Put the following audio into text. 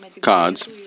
cards